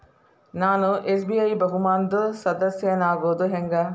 ನಾನು ಎಸ್.ಬಿ.ಐ ಬಹುಮಾನದ್ ಸದಸ್ಯನಾಗೋದ್ ಹೆಂಗ?